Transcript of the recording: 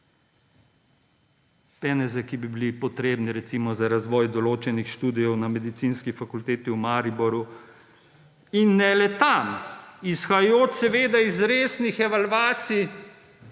peneze, ki bi bili potrebni, recimo, za razvoj določenih študijev na Medicinski fakulteti v Mariboru in ne le tam. Izhajajoč seveda iz resnih evalvacij